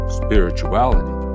spirituality